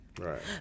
Right